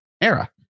era